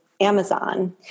Amazon